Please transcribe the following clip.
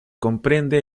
comprende